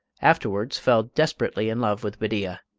afterwards fell desperately in love with bedeea,